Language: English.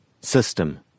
System